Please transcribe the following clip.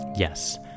Yes